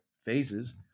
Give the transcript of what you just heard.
phases